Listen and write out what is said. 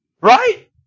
Right